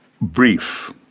brief